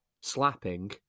slapping